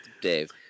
Dave